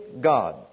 God